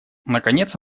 наконец